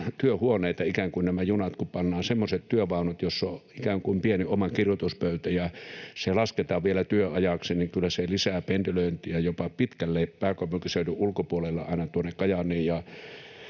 työvaunut, joissa on ikään kuin pieni oma kirjoituspöytä, ja se lasketaan vielä työajaksi, niin kyllä se lisää pendelöintiä jopa pitkälle pääkaupunkiseudun ulkopuolelle aina tuonne Kajaaniin